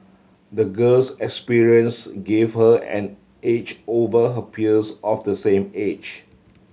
the girl's experience gave her an edge over her peers of the same age